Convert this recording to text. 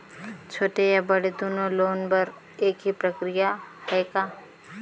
छोटे या बड़े दुनो लोन बर एक ही प्रक्रिया है का?